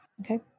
Okay